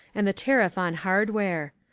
and the tariff on hardware.